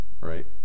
Right